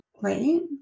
right